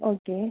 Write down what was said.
okay